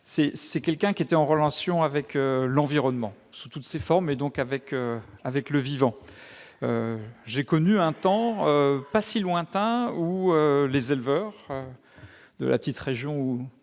personne qui a un rapport avec le pays, avec l'environnement sous toutes ses formes, et donc avec le vivant. J'ai connu un temps, pas si lointain, où les éleveurs de la petite région